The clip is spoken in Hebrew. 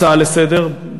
ההצעה לסדר-היום.